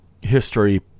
history